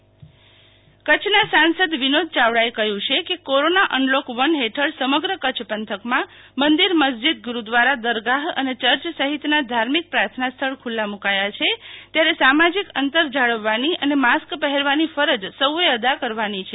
સાંસદ વિનોદ ચાવડા કચ્છના સાંસદ વીનોદ ચાવડાએ કહ્યું છે કે કોરોના અનલોક વન હેઠળ સમગ્ર કચ્છ પંથકમાં મંદિર મસ્જિદ ગુરુદ્વારા દરગાહ અને ચર્ચ સહિતની ધાર્મિક પ્રાર્થના સ્થળ ખુલ્લા મુકાયા છે ત્યારે સામાજિક અંતર જાળવવાની અને માસ્ક પહેરવાની ફરજ સૌએ અદા કરવાની છે